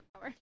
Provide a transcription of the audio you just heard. power